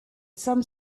some